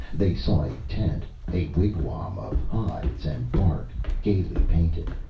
they saw a tent, a wigwam of hides and bark gaily painted.